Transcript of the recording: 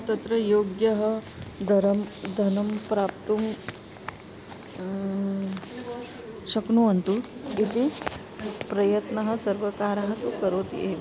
तत्र योग्यः धनं धनं प्राप्तुं शक्नुवन्तः इति प्रयत्नः सर्वकारः तु करोति एव